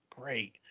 great